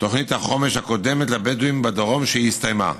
תוכנית החומש הקודמת לבדואים בדרום, שהסתיימה.